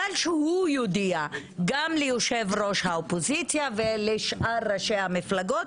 אבל שהוא יודיע גם ליושב ראש האופוזיציה ולשאר ראשי המפלגות,